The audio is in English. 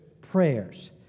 prayers